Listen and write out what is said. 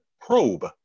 probe